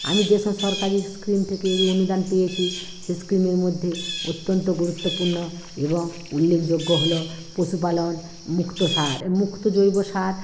আমি যেসব সরকারি স্কিম থেকে এই অনুদান পেয়েছি সেই স্কিমের মধ্যে অত্যন্ত গুরুত্বপূর্ণ এবং উল্লেখযোগ্য হল পশুপালন মুক্ত সার এ মুক্ত জৈব সার